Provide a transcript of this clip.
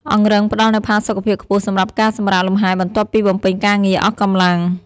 អង្រឹងផ្តល់នូវផាសុកភាពខ្ពស់សម្រាប់ការសម្រាកលំហែបន្ទាប់ពីបំពេញការងារអស់កម្លាំង។